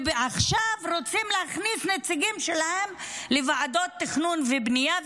ועכשיו רוצים להכניס נציגים שלהם לוועדות התכנון והבנייה,